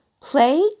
Play